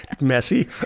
messy